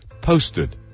posted